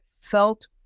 felt